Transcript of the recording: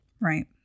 Right